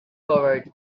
covered